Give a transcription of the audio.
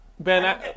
Ben